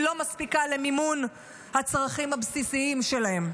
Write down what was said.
והיא לא מספיקה למימון הצרכים הבסיסיים שלהם.